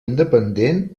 independent